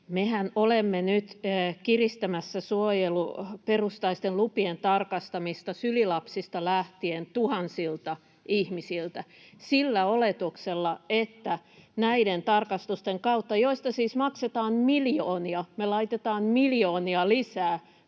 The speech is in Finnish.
Mehän olemme nyt kiristämässä suojeluperustaisten lupien tarkastamista sylilapsista lähtien tuhansilta ihmisiltä sillä oletuksella, että näiden tarkastusten kautta — joista siis maksetaan miljoonia, me laitetaan miljoonia lisää